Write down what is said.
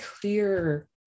clear